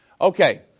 Okay